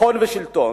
הון ושלטון,